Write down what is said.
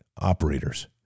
operators